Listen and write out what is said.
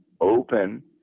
open